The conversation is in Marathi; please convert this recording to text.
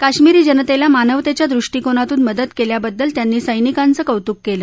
काश्मिरी जनतेला मानवतेच्या दृष्टीकोनातून मदत केल्याबद्दल त्यांनी सर्मिकांचं कौतुक केलं